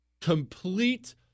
Complete